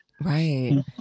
right